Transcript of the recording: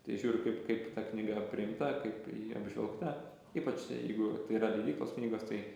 tai žiūriu kaip kaip ta knyga priimta kaip ji apžvelgta ypač jeigu tai yra leidyklos knygos tai